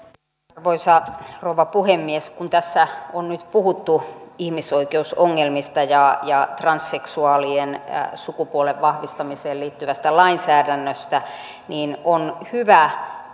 arvoisa rouva puhemies kun tässä on nyt puhuttu ihmisoikeusongelmista ja ja transseksuaalien sukupuolen vahvistamiseen liittyvästä lainsäädännöstä niin on hyvä